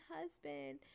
husband